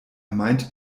meint